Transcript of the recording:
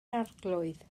arglwydd